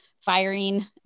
firing